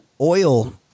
oil